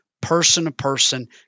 person-to-person